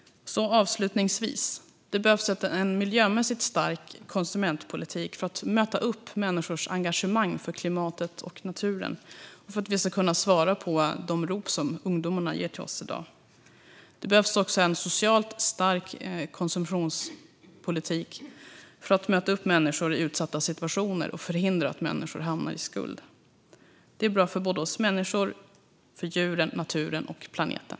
Avslutningsvis: Det behövs en miljömässigt stark konsumentpolitik för att möta upp människors engagemang för klimatet och naturen och för att vi ska kunna svara på de rop som ungdomarna riktar till oss i dag. Det behövs också en socialt stark konsumentpolitik för att möta upp människor i utsatta situationer och förhindra att människor hamnar i skuld. Det är bra både för oss människor och för djuren, naturen och planeten.